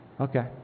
Okay